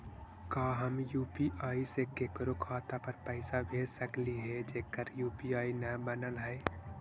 का हम यु.पी.आई से केकरो खाता पर पैसा भेज सकली हे जेकर यु.पी.आई न बनल है?